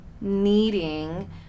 needing